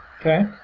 Okay